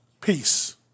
peace